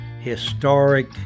historic